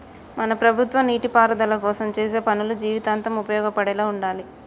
మన ప్రభుత్వం నీటిపారుదల కోసం చేసే పనులు జీవితాంతం ఉపయోగపడేలా ఉండాలి